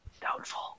Doubtful